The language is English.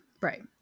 Right